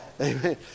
Amen